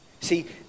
see